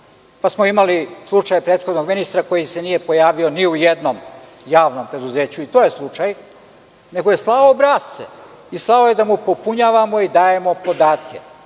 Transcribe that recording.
smo imali slučaj prethodnog ministra koji se nije pojavio ni u jednom javnom preduzeću, i to je slučaj, nego je slao obrasce. I slao je da mu popunjavamo i dajemo podatke.